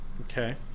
Okay